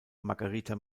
margherita